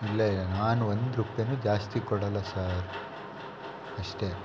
ಇಲ್ಲಯ್ಯ ನಾನು ಒಂದು ರೂಪಾಯ್ನು ಜಾಸ್ತಿ ಕೊಡೋಲ್ಲ ಸಾರ್ ಅಷ್ಟೇ